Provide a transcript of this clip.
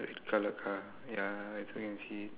red colour car ya you also can see